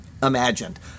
imagined